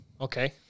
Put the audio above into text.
okay